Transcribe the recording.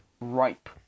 ripe